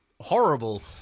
horrible